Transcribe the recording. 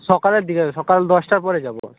সকালের দিকে সকাল দশটার পরে যাব